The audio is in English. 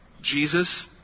Jesus